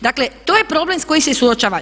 Dakle, to je problem s kojim se suočava.